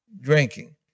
drinking